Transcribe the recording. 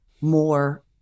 more